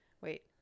Wait